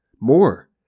More